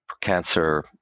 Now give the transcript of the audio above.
cancer